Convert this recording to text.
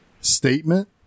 statement